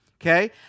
okay